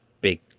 big